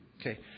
Okay